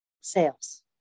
sales